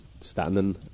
standing